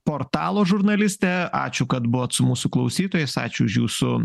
portalo žurnalistė ačiū kad buvot su mūsų klausytojais ačiū už jūsų